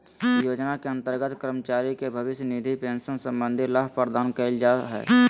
योजना के अंतर्गत कर्मचारी के भविष्य निधि पेंशन संबंधी लाभ प्रदान कइल जा हइ